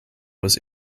was